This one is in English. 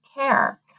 care